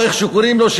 או איך שקוראים לו,